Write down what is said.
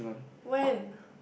when